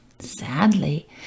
Sadly